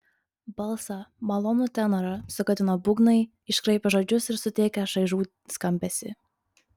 balsą malonų tenorą sugadino būgnai iškraipę žodžius ir suteikę šaižų skambesį